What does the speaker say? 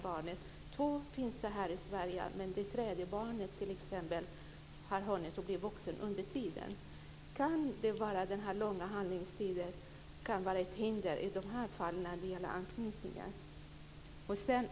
Det finns två barn här i Sverige, men det tredje barnet har hunnit bli vuxen under tiden. Kan den långa handläggningstiden vara ett hinder när det gäller anknytningsfallen?